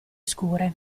scure